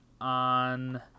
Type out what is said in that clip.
on